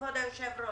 כבוד היושב-ראש,